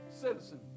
citizen